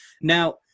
Now